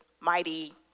mighty